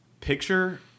picture